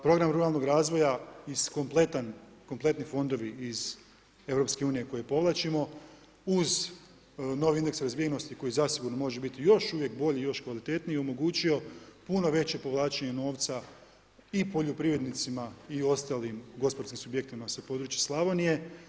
Program ruralnog razvoja iz kompletan, kompletni fondovi iz EU koje povlačimo uz novi indeks razvijenosti koji zasigurno može biti još uvijek bolji, još kvalitetniji je omogućio puno veće povlačenje novca i poljoprivrednicima i ostalim gospodarskim subjektima sa područja Slavonije.